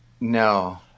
No